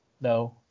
no